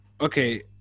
okay